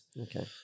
Okay